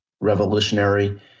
revolutionary